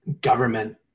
government